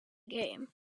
game